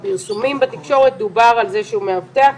שבפרסומים בתקשורת דובר על זה שהוא מאבטח,